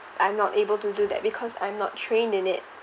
I'm not able to do that because I'm not trained in it